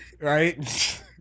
right